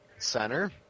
Center